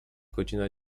godzina